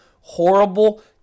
horrible